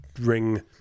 ring